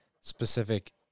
specific